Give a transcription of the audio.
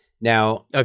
Now